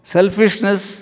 Selfishness